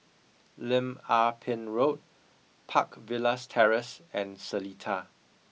Lim Ah Pin Road Park Villas Terrace and Seletar